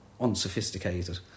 unsophisticated